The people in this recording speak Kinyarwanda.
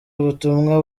ubutumwa